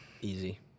Easy